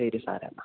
ശരി സാറെ എന്നാൽ